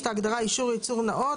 יש את ההגדרה "אישור ייצור נאות".